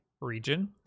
region